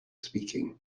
speaking